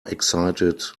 excited